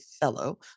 fellow